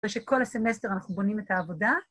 ‫שכל הסמסטר אנחנו בונים את העבודה.